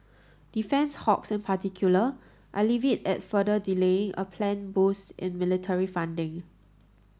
defence hawks in particular are livid at further delaying a planned boost in military funding